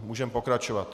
Můžeme pokračovat.